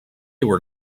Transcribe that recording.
were